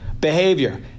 Behavior